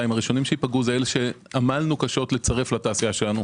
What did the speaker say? אלא אלה שעמלנו קשות לצרף לתעשייה שלנו,